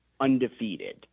undefeated